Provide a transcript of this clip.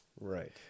Right